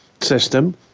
system